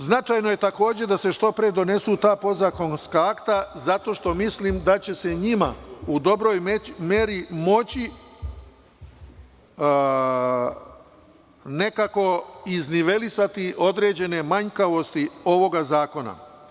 Značajno je takođe, da se što pre donesu ta podzakonska akta zato što mislim da će se njima u dobroj meri moći nekako iznivelisati određene manjkavosti ovoga zakona.